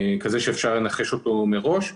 כזה שאפשר לנחש אותו מראש,